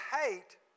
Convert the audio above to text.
hate